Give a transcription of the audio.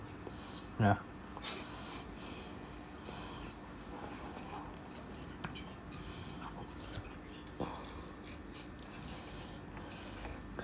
yeah